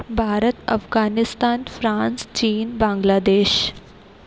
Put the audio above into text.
Bharat Afghanistan France चीन बांग्लादेश